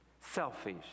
selfish